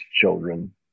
children